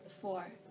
four